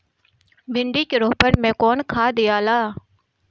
भिंदी के रोपन मे कौन खाद दियाला?